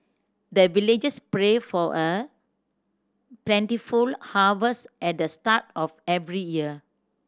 the villagers pray for a plentiful harvest at the start of every year